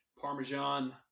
Parmesan